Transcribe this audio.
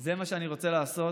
זה מה שאני רוצה לעשות?